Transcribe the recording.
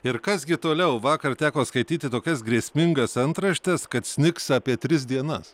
ir kas gi toliau vakar teko skaityti tokias grėsmingas antraštes kad snigs apie tris dienas